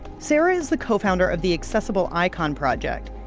sarah is the co-founder of the accessible icon project.